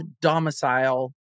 domicile